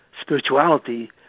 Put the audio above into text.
spirituality